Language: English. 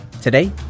Today